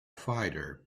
fighter